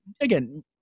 again